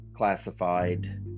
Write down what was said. Classified